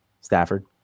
Stafford